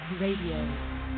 Radio